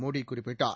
மோடி குறிப்பிட்டார்